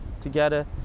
together